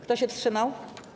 Kto się wstrzymał?